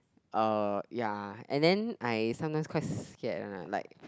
uh ya and then I sometime quite scared ah like